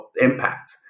impact